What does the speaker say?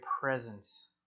presence